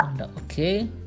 okay